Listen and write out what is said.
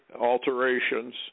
alterations